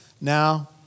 now